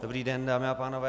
Dobrý den, dámy a pánové.